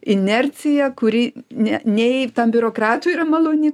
inerciją kuri ne nei tam biurokratui yra maloni